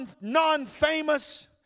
non-famous